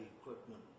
equipment